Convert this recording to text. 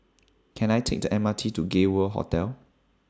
Can I Take The M R T to Gay World Hotel